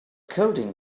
coding